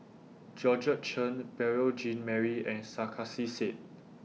Georgette Chen Beurel Jean Marie and Sarkasi Said